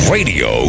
Radio